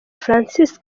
francis